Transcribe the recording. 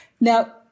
Now